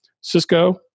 Cisco